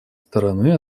стороны